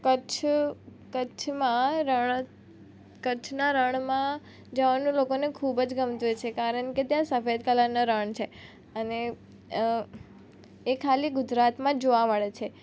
કચ્છ કચ્છમાં રણ કચ્છના રણમાં જવાનું લોકોને ખૂબ જ ગમતું હોય છે કારણ કે ત્યાં સફેદ કલરનો રણ છે અને એ ખાલી ગુજરાતમાં જ જોવા મળે છે